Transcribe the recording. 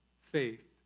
faith